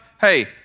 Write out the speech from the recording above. Hey